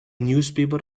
newspaper